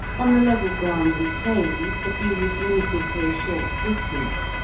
on the level ground and plains the view was limited to a short distance,